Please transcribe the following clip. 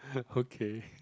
okay